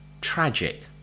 tragic